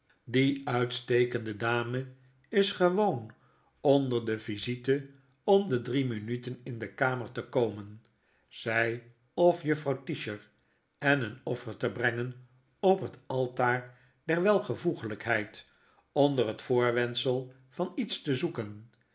die uitstekende dame is gewoon onder de visitie om de drie minuten in de kamer te komen zy of mevrouw tisher en een offer te brengen op het altaar der welvoegelykheid onder het voorwendsel van iets te zoeken